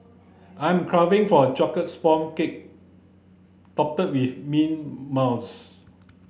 I'm craving for a chocolate sponge cake topped with mint mousse